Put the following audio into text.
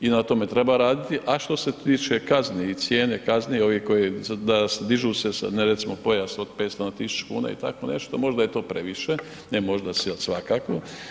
I na tome treba raditi, a što se tiče kazni i cijene kazni ovih koji se dižu se sa recimo pojas od 500 na 1000 kn i tako nešto, možda je to previše, ne možda nego svakako.